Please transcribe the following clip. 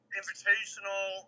invitational